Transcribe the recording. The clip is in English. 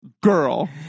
girl